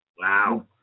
Wow